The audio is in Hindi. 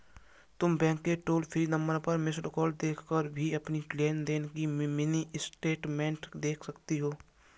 तुम बैंक के टोल फ्री नंबर पर मिस्ड कॉल देकर भी अपनी लेन देन की मिनी स्टेटमेंट देख सकती हो